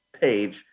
page